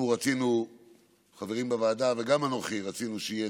אנחנו, החברים בוועדה וגם אנוכי, רצינו שיהיה